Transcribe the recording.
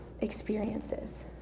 experiences